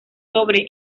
sobre